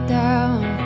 down